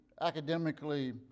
academically